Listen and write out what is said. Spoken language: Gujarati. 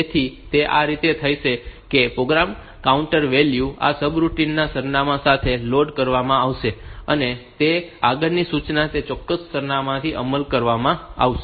તેથી તે આ રીતે તે થાય છે કે પ્રોગ્રામ કાઉન્ટર વેલ્યુ આ સબરૂટિન નાં સરનામા સાથે લોડ કરવામાં આવશે અને તે રીતે આગળની સૂચના તે ચોક્કસ સરનામાંથી અમલમાં આવશે